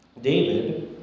David